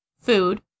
food